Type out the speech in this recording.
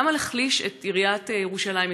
למה להחליש את עיריית ירושלים,